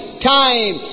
Time